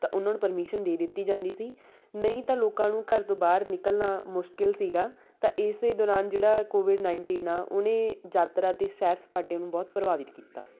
ਤਾਂ ਉਹਨਾਂ ਨੂੰ ਪਰਮਿਸ਼ਨ ਦੇ ਦਿੱਤੀ ਜਾਂਦੀ ਸੀ ਨਹੀਂ ਤਾਂ ਲੋਕਾਂ ਨੂੰ ਘਰ ਤੋਂ ਬਾਹਰ ਨਿਕਲਣਾ ਮੁਸ਼ਕਿਲ ਸੀਗਾ ਤਾਂ ਇਸੇ ਦੌਰਾਨ ਜਿਹੜਾ ਕੋਵਿਡ ਨਾਈਨਟੀਨ ਆ ਉਹਨੇ ਯਾਤਰਾ ਅਤੇ ਸੈਰ ਸਪਾਟੇ ਨੂੰ ਬਹੁਤ ਪ੍ਰਭਾਵਿਤ ਕੀਤਾ